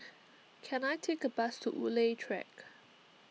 can I take a bus to Woodleigh Track